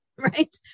Right